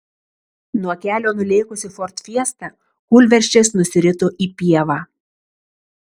nuo kelio nulėkusi ford fiesta kūlversčiais nusirito į pievą